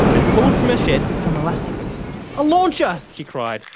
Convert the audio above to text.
and pulled from her shed some elastic a launcher! she cried,